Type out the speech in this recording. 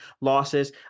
losses